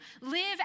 live